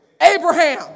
Abraham